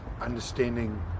understanding